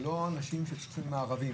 זה לא אנשים ששוכבים מארבים.